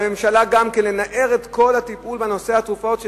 על הממשלה לנער את כל הטיפול בנושא התרופות,